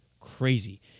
crazy